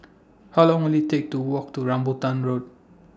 How Long Will IT Take to Walk to Rambutan Road